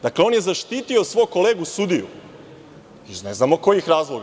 Dakle, on je zaštitio svog kolegu sudiju, iz ne znam kojih razloga.